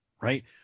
right